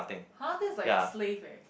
!huh! that's like a slave eh